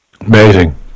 amazing